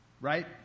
Right